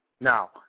Now